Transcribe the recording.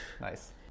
Nice